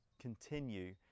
continue